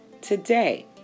today